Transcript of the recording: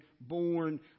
born